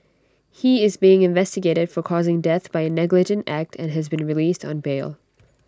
he is being investigated for causing death by A negligent act and has been released on bail